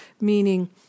Meaning